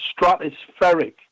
stratospheric